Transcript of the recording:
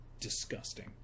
Disgusting